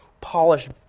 polished